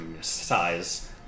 size